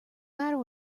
matter